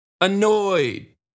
annoyed